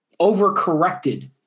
overcorrected